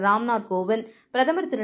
ரா ம்நாத்கோவிந்த் பிரதமர்திரு